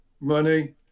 money